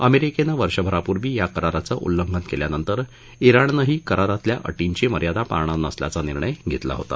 अमेरिकेनं वर्षभरापूर्वी या कराराचं उल्लंघन केल्यानंतर इराणनंही करारातल्या अटींची मर्यादा पाळणार नसल्याचा निर्णय घेतला होता